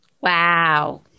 Wow